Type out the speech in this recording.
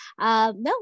No